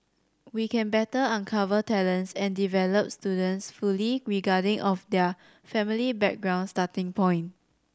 we can better uncover talents and develop students fully regarding of their family background starting point